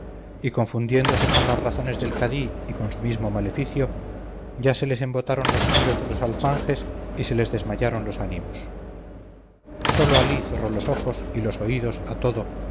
y confundiéndose con las razones del cadí y con su mismo maleficio ya se les embotaron los filos de los alfanjes y se les desmayaron los ánimos sólo alí cerró los ojos y los oídos a todo